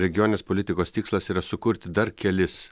regioninės politikos tikslas yra sukurti dar kelis